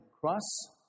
cross